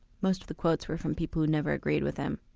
most of the quotes were from people who never agreed with him.